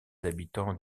habitants